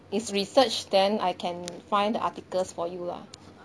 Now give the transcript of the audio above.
is research then I can find the articles for you lah